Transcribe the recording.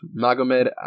Magomed